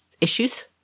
issues